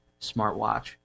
smartwatch